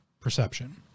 perception